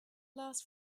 last